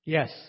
Yes